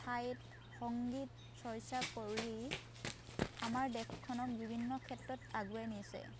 ঠাইত সংগীত চৰ্চা কৰি আমাৰ দেশখনক বিভিন্ন ক্ষেত্ৰত আগুৱাই নিছে